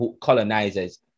colonizers